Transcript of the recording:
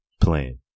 plan